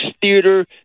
theater